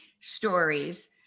stories